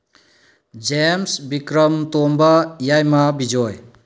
James Bikram Tomba Yaima Bijoy